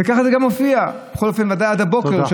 וככה זה גם מופיע, בכל אופן, עד הבוקר,